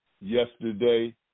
yesterday